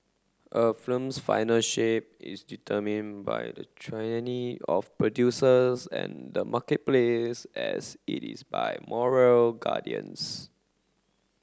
a film's final shape is determine by the tyranny of producers and the marketplace as it is by moral guardians